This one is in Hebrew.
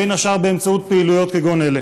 בין השאר באמצעות פעילויות כגון אלה?